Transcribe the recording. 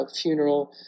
funeral